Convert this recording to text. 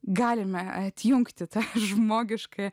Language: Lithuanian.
galime atjungti tą žmogiškąją